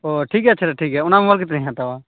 ᱚᱸᱻ ᱴᱷᱤᱠ ᱜᱮᱭᱟ ᱴᱷᱤᱠ ᱜᱮᱭᱟ ᱚᱱᱟ ᱢᱳᱵᱟᱭᱤᱞ ᱜᱮ ᱛᱚᱵᱮᱧ ᱦᱟᱛᱟᱣᱟ